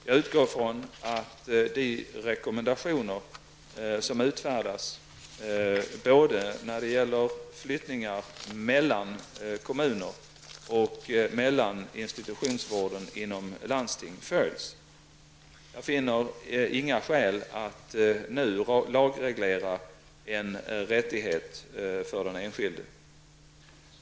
Jag utgår ifrån att de rekommendationer som utfärdats både när det gäller flyttningar mellan kommuner och mellan institutionsvården inom landstingen följs. Jag finner inga skäl att nu lagreglera en rättighet för den enskilde.